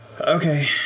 Okay